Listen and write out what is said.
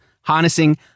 harnessing